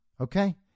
Okay